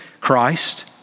Christ